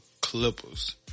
Clippers